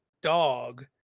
dog